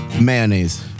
Mayonnaise